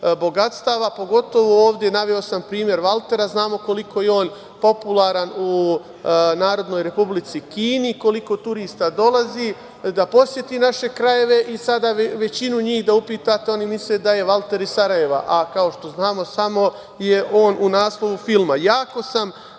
bogatstava, pogotovo ovde, naveo sam primer Valtera, znamo koliko je on popularan u Narodnoj Republici Kini, koliko turista dolazi da poseti naše krajeve i sada većinu njih da upitate oni misle da je Valter iz Sarajeva, a kao što znamo samo je on u naslovu filma. Jako sam